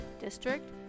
district